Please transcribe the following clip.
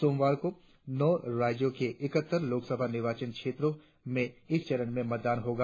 सोमवार को नौ राज्यों के इकहत्तर लोकसभा निर्वाचन क्षेत्रों में इस चरण में मतदान होगा